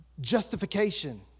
Justification